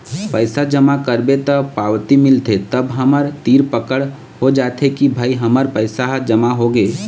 पइसा जमा करबे त पावती मिलथे तब हमर तीर पकड़ हो जाथे के भई हमर पइसा ह जमा होगे